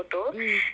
mm